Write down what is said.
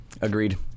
Agreed